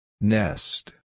Nest